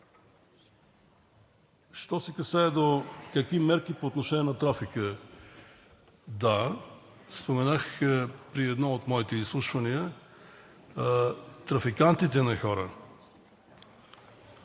Що се касае до какви мерки по отношение на трафика? Да, споменах при едно от моите изслушвания, трафикантите на хора…